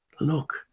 look